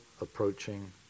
approaching